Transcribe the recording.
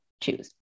choose